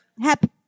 Happy